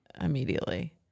immediately